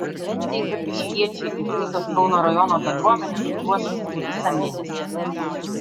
šventei zapyškiečiai ir kitos kauno rajono bendruomenės ruošėsi visą mėnesį